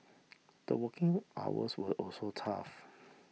the working hours were also tough